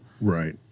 right